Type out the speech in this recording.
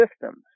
systems